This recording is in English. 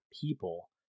people